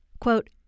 quote